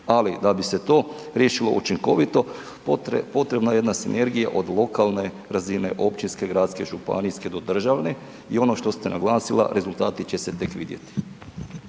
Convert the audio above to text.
Ali da bi se to riješilo učinkovito potrebna je jedna sinergija od lokalne razine općinske, gradske, županijske do državne i ono što ste naglasila rezultati će se tek vidjeti.